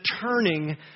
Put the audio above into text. turning